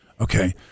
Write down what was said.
Okay